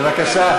בבקשה.